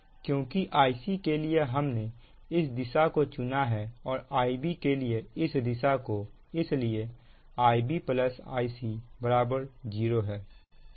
क्योंकि Ic के लिए हमने इस दिशा को चुना है और Ib के लिए इस दिशा को इसलिए Ib Ic 0 है